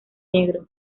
negro